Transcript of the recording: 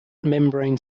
membrane